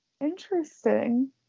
Interesting